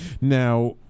Now